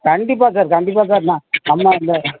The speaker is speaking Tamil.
கண்டிப்பாக சார் கண்டிப்பாக சார் நான் நம்ம இந்த